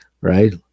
right